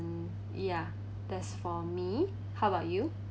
mm ya that's for me how about you